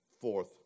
Fourth